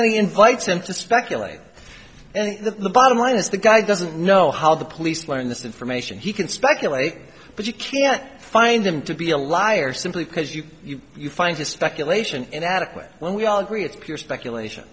then he invites him to speculate and the bottom line is the guy doesn't know how the police learn this information he can speculate but you can't find him to be a liar simply because you find the speculation in that way when we all agree it's pure speculation